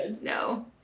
No